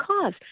cause